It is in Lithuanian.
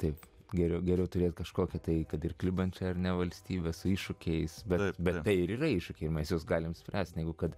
taip geriau geriau turėti kažkokį tai kad ir klibančią ar ne valstybę su iššūkiais bet bendrai ir yra iššūkiai ir mes juos galime spręsti jeigu kad